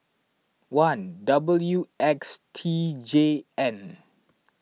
one W X T J N